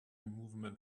movement